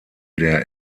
der